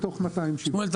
שמואל,